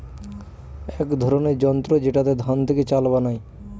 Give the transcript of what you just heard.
এক ধরনের যন্ত্র যেটাতে ধান থেকে চাল বানায়